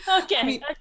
Okay